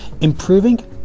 Improving